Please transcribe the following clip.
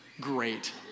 Great